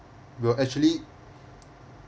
will actually